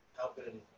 helping